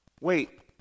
wait